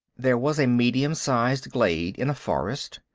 there was a medium-size glade in a forest.